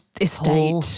Estate